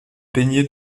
peignait